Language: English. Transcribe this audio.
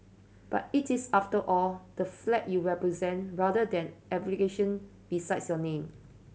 but it is after all the flag you represent rather than besides your name